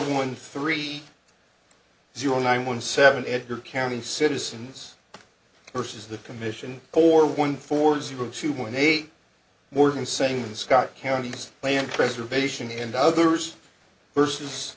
one three zero nine one seven edgar county citizens versus the commission or one four zero two one eight more than saying scott counties land preservation and others versus